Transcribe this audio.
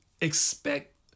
Expect